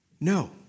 No